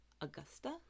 Augusta